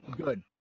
good